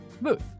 move